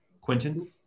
Quentin